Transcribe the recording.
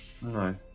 No